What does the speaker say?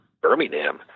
Birmingham